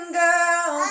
girl